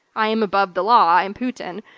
i am above the law. i am putin.